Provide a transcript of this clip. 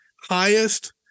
highest